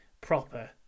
proper